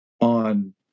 on